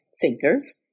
thinkers